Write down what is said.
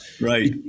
Right